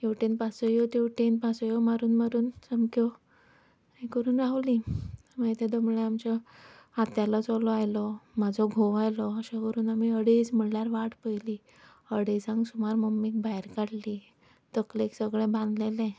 हेवटेन पासयो तेवटेन पासयो मारून मारून सामक्यो हें करून रावलीं मागीर तेन्ना म्हणल्यार आमच्या आत्यालो चलो आयलो म्हजो घोव आयलो अशें करून आमी अडेज म्हणल्यार वाट पयली अडेजांक सुमार मम्मीक भायर काडली तकलेक सगळें बांदलेलें